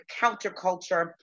counterculture